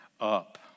up